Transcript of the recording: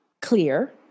clear